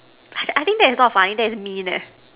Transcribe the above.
I I think that is not funny that is mean leh